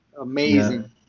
Amazing